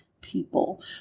people